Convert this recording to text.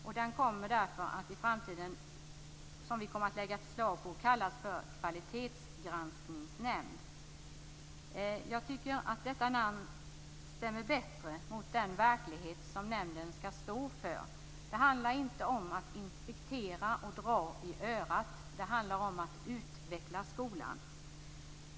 Vi kommer att lägga fram förslag om att den skall kallas kvalitetsgranskningsnämnd. Jag tycker att detta namn stämmer bättre mot den verklighet som nämnden skall stå för. Det handlar inte om att inspektera och dra i örat, utan det handlar om att utveckla skolan.